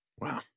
Wow